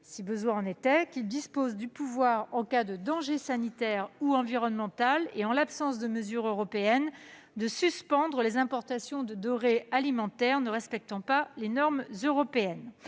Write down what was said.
si besoin en était, qu'il dispose du pouvoir, en cas de danger sanitaire ou environnemental et en l'absence de mesure européenne, de suspendre les importations de denrées alimentaires ne respectant pas les normes européennes,